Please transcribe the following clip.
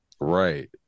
right